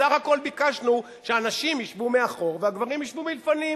בסך הכול ביקשנו שהנשים ישבו מאחור והגברים ישבו מלפנים,